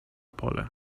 pole